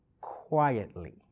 quietly